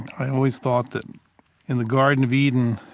i always thought that in the garden of eden,